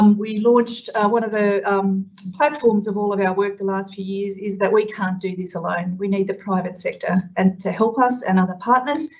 um we launched one of the platforms of all of our work the last few years is that we can't do this alone. we need the private sector and to help us and other partners.